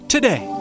Today